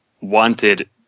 wanted